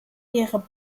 ihre